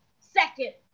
Second